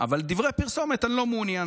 אבל בדברי פרסומת אני לא מעוניין.